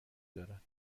دارد